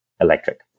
electric